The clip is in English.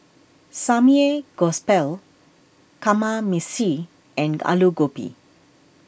Kamameshi and Alu Gobi